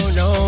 no